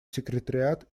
секретариат